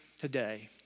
today